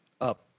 up